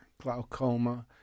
glaucoma